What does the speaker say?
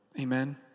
Amen